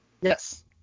Yes